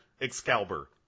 Excalibur